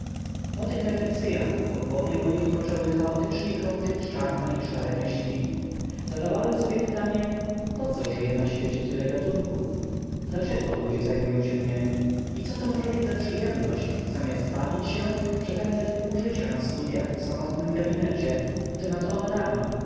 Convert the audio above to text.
po tych refleksyach po głowie mojej poczęły chaotycznie krążyć czarne i szare myśli zadawałem sobie pytania poco żyje na świecie tyle gatunków dlaczego ludzie zajmują się niemi ico to może być za przyjemność zamiast bawić się przepędzać pół życia na studyach w samotnym gabinecie i to nad